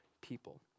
people